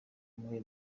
umwe